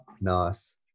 nice